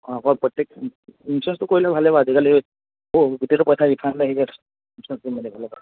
অঁ হয় প্ৰত্যেক ইঞ্চুৰেঞ্চটো কৰিলে ভালেই বাৰু আজিকালি তোৰ গোটেইটো পইচা ৰিফাণ্ড আহি যায় ইঞ্চুৰেঞ্চটো কৰি মেলি থলে ভাল